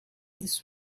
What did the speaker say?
this